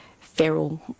feral